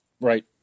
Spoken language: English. Right